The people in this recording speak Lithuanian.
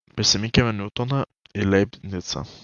prisiminkime niutoną ir leibnicą